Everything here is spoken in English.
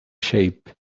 shape